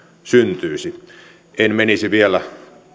syntyisi en menisi vielä